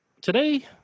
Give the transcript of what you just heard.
Today